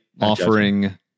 offering